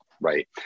right